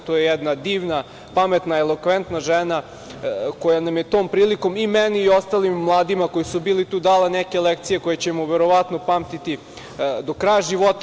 To je jedna divna, pametna, elokventna žena koja je tom prilikom meni i ostalim mladima koji su bili tu dala neke lekcije koje ćemo verovatno pamtiti do kraja života.